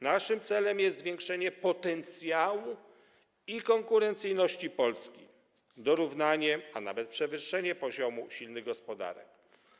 Naszym celem jest zwiększenie potencjału i konkurencyjności Polski, dorównanie do poziomu, a nawet przewyższenie poziomu silnych gospodarek.